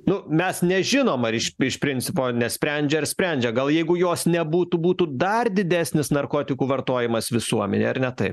nu mes nežinom ar iš iš principo nesprendžia ar sprendžia gal jeigu jos nebūtų būtų dar didesnis narkotikų vartojimas visuomenėj ar ne taip